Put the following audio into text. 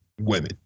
women